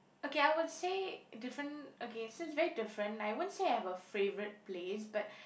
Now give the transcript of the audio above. okay I would say different okay it's a very different I won't say I have a favourite place but